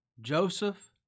Joseph